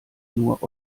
nur